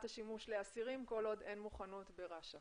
השימוש באסירים כל עוד אין מוכנות ברש"א.